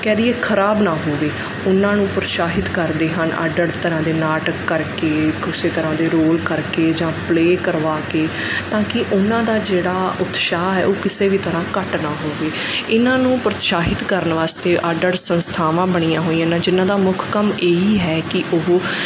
ਕਹਿ ਦਈਏ ਖਰਾਬ ਨਾ ਹੋਵੇ ਉਹਨਾਂ ਨੂੰ ਪ੍ਰੋਸ਼ਾਹਿਤ ਕਰਦੇ ਹਨ ਅੱਡ ਅੱਡ ਤਰ੍ਹਾਂ ਦੇ ਨਾਟਕ ਕਰਕੇ ਕਿਸੇ ਤਰ੍ਹਾਂ ਦੇ ਰੋਲ ਕਰਕੇ ਜਾਂ ਪਲੇਅ ਕਰਵਾ ਕੇ ਤਾਂ ਕਿ ਉਹਨਾਂ ਦਾ ਜਿਹੜਾ ਉਤਸ਼ਾਹ ਹੈ ਉਹ ਕਿਸੇ ਵੀ ਤਰ੍ਹਾਂ ਘੱਟ ਨਾ ਹੋਵੇ ਇਹਨਾਂ ਨੂੰ ਪ੍ਰੋਤਸ਼ਾਹਿਤ ਕਰਨ ਵਾਸਤੇ ਅੱਡ ਅੱਡ ਸੰਸਥਾਵਾਂ ਬਣੀਆਂ ਹੋਈਆਂ ਹਨ ਜਿੰਨਾਂ ਦਾ ਮੁੱਖ ਕੰਮ ਇਹੀ ਹੈ ਕਿ ਉਹ